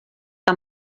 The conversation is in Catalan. que